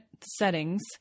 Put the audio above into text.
settings